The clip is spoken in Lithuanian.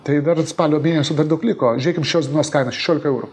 tai dar spalio mėnesio dar daug liko žiūrėkim šios dienos kainą šešiolika eurų